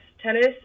tennis